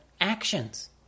actions